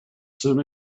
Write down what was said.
soon